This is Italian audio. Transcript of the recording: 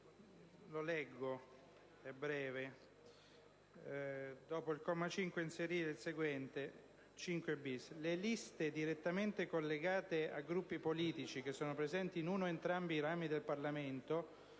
perché è breve: "*Dopo il comma 5, inserire il seguente:* «5‑*bis*. Le liste direttamente collegate a gruppi politici che sono presenti in uno o entrambi i rami del Parlamento